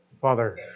Father